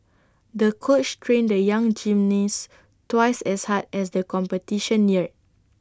the coach trained the young gymnast twice as hard as the competition neared